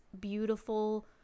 beautiful